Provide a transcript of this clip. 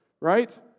right